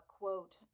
quote